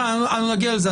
אנחנו נגיע לזה.